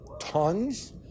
tons